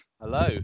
Hello